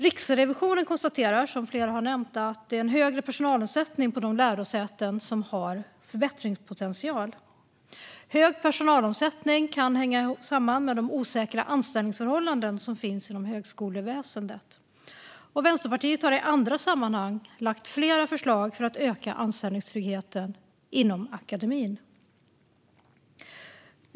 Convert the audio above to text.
Riksrevisionen konstaterar, som flera har nämnt, att personalomsättningen är högre på de lärosäten som har förbättringspotential. Hög personalomsättning kan hänga samman med de osäkra anställningsförhållanden som finns inom högskoleväsendet. Vänsterpartiet har i andra sammanhang lagt flera förslag för att öka anställningstryggheten inom akademin.